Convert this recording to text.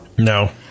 No